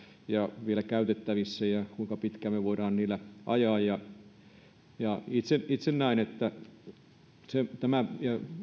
ja vielä käytettävissä ja kuinka pitkään me voimme niillä ajaa itse itse näen että nämä